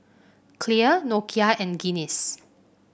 Clear Nokia and Guinness